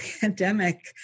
pandemic